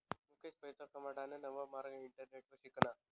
मुकेश पैसा कमाडाना नवा मार्ग इंटरनेटवर शिकना